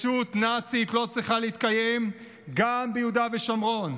ישות נאצית לא צריכה להתקיים גם ביהודה ושומרון.